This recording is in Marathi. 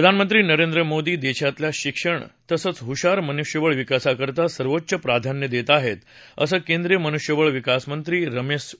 प्रधानमंत्री नरेंद्र मोदी देशातल्या शिक्षण तसंच हुशार मनुष्यवळ विकासाकरिता सर्वोच्च प्राधान्य देत आहेत असं केंद्रीय मनुष्यबळ विकास मंत्री रमेश